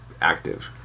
active